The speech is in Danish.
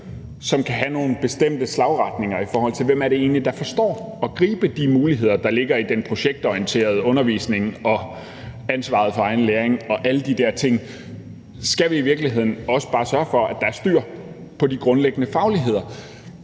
som kan gå i nogle bestemte retninger, i forhold til hvem det egentlig er, der forstår at gribe de muligheder, der ligger i den projektorienterede undervisning og ansvaret for egen læring og alle de der ting. Så skal vi i virkeligheden også bare sørge for, at der er styr på de grundlæggende fagligheder,